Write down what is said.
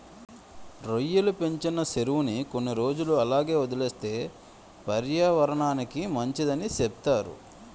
రొయ్యలు పెంచిన సెరువుని కొన్ని రోజులు అలాగే వదిలేస్తే పర్యావరనానికి మంచిదని సెప్తారు